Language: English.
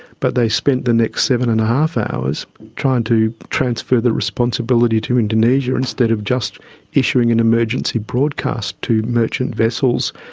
but they spent the next seven. and five hours trying to transfer the responsibility to indonesia, instead of just issuing an emergency broadcast to merchant vessels.